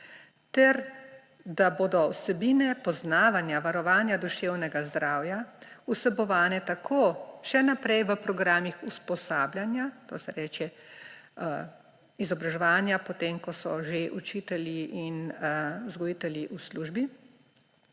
ter da bodo vsebine poznavanja varovanja duševnega zdravja vsebovane tako še naprej v programih usposabljanja, to se reče izobraževanja, potem ko so že učitelji in vzgojitelji v službi,